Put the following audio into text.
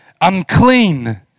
Unclean